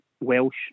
Welsh